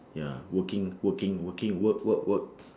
ya working working working work work work